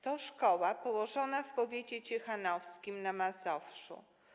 To szkoła położona w powiecie ciechanowskim na Mazowszu.